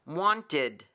wanted